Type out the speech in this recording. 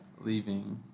leaving